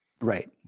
Right